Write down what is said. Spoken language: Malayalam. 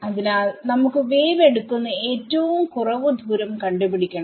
അതിനാൽ നമുക്ക് വേവ് എടുക്കുന്ന ഏറ്റവും കുറവ് ദൂരം കണ്ട്പിടിക്കണം